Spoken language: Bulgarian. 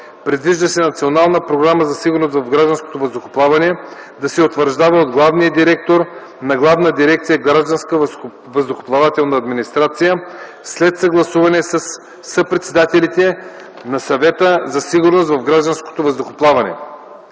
Предвижда се Националната програма за сигурност в гражданското въздухоплаване да се утвърждава от главния директор на Главна дирекция „Гражданска въздухоплавателна администрация” след съгласуване със съпредседателите на Съвета за сигурност в гражданското въздухоплаване.